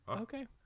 Okay